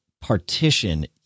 partition